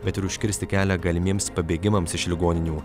bet ir užkirsti kelią galimiems pabėgimams iš ligoninių